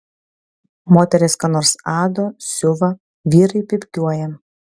moterys ką nors ado siuva vyrai pypkiuoja